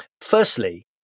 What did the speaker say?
Firstly